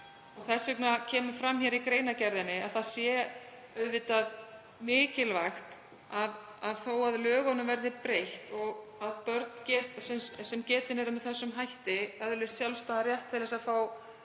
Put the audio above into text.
Þess vegna kemur fram í greinargerðinni að auðvitað sé mikilvægt að þó að lögunum verði breytt og börn sem getin eru með þessum hætti öðlist sjálfstæðan rétt til að fá